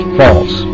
false